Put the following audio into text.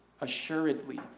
assuredly